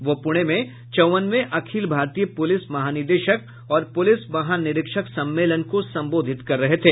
वह पुणे में चौवनवें अखिल भारतीय पुलिस महानिदेशक और पुलिस महानिरीक्षक सम्मेलन को सम्बोधित कर रहे थे